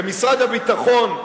ומשרד הביטחון,